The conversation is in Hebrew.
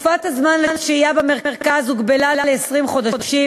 תקופת הזמן לשהייה במרכז הוגבלה ל-20 חודשים,